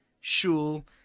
shul